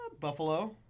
buffalo